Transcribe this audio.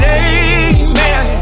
amen